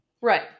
Right